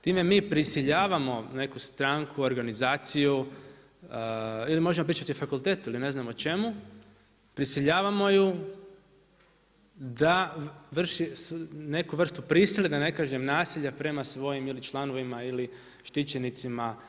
Time mi prisiljavamo neku stranku, organizaciju ili možemo pričati o fakultetu ili ne znam o čemu, prisiljavamo ju da vrši neku vrstu prisile, da ne kažem nasilja prema svojim ili članovima ili štićenicima.